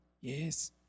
Yes